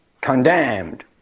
condemned